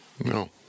No